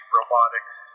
robotics